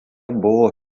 buvo